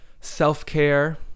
self-care